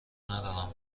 ندارم